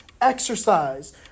exercise